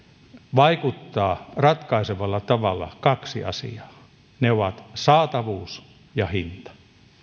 vaikuttaa ratkaisevalla tavalla kaksi asiaa ne ovat saatavuus ja hinta